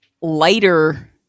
lighter